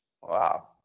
Wow